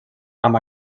amb